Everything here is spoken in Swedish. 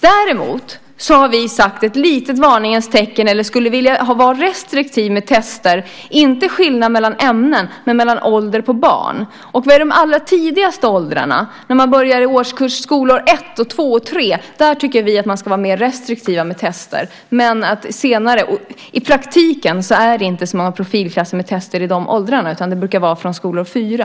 Däremot har vi så att säga satt ett litet varningens tecken - vi skulle vilja vara restriktiva med tester. Det handlar då inte om en skillnad mellan tester utan mellan ålder på barnen. Vilka är de allra tidigaste åldrarna? När man påbörjar skolår 1, 2 och 3 tycker vi att man ska vara mer restriktiv med tester. Men i praktiken finns det inte så många profilklasser med tester i de åldrarna, utan det brukar gälla från skolår 4.